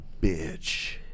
bitch